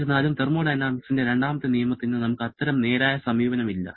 എന്നിരുന്നാലും തെർമോഡൈനാമിക്സിന്റെ രണ്ടാമത്തെ നിയമത്തിന് നമുക്ക് അത്തരം നേരായ സമീപനമില്ല